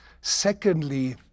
Secondly